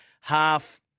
half